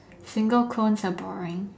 single cones are boring